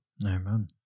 Amen